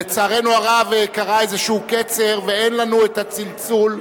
לצערנו הרב, קרה איזשהו קצר ואין לנו את הצלצול,